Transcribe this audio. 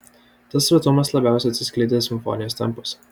tas savitumas labiausiai atsiskleidė simfonijos tempuose